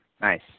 Nice